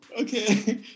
okay